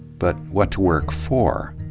but, what to work for?